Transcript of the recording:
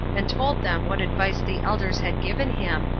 and told them what advice the elders had given him,